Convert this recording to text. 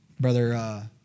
Brother